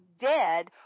dead